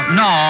no